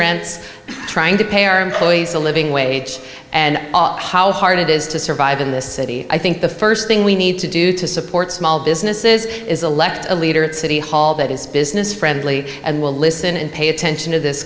rents trying to pay our employees a living wage and all how hard it is to survive in this city i think the st thing we need to do to support small businesses is elect a leader at city hall that is business friendly and will listen and pay attention to this